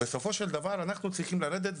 בסופו של דבר אנחנו צריכים לרדת למטה.